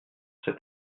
cet